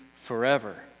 forever